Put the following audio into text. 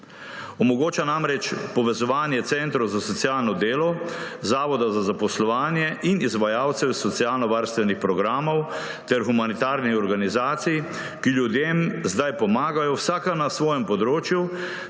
Omogoča namreč povezovanje centrov za socialno delo, Zavoda za zaposlovanje in izvajalcev socialnovarstvenih programov ter humanitarnih organizacij, ki ljudem zdaj pomagajo vsaka na svojem področju,